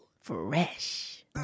Fresh